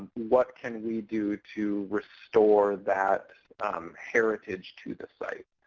what can we do to restore that heritage to the site?